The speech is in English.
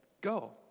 go